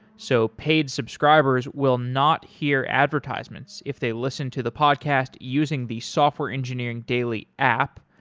so paid subscribers will not hear advertisements if they listen to the podcast using the software engineering daily app.